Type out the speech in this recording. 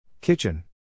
Kitchen